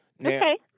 Okay